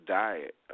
diet